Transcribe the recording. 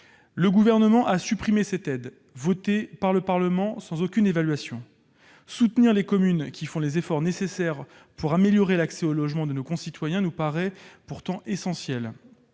Le Gouvernement a supprimé cette aide votée par le Parlement, sans aucune évaluation. Soutenir les communes qui font les efforts nécessaires pour améliorer l'accès au logement de nos concitoyens nous paraît pourtant essentiel.